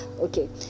okay